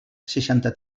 seixanta